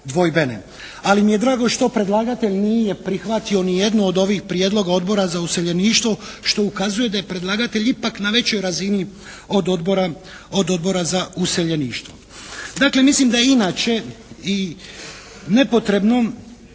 Ali mi je drago što predlagatelj nije prihvatio ni jedno od ovih prijedloga Odbora za useljeništvo što ukazuje da je predlagatelj ipak na većoj razini od Odbora za useljeništvo. Dakle mislim da je inače i nepotrebno